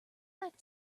like